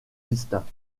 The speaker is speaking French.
distincts